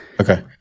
Okay